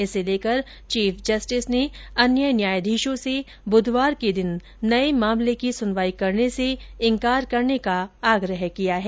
इसे लेकर chief justice ने अन्य जजों से बुधवार के दिन नये मामले की सुनवाई करने से इनकार करने का आग्रह किया है